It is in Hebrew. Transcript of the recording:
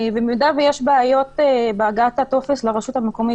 אם יש בעיות בהגעת הטופס לרשות המקומית,